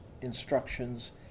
instructions